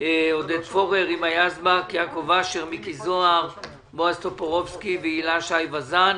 לסדר של ינון אזולאי ומיקי לוי, בבקשה.